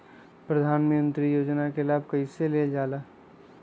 प्रधानमंत्री योजना कि लाभ कइसे लेलजाला?